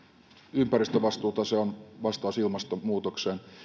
ympäristövastuuta se on vastaus ilmastonmuutokseen